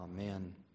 Amen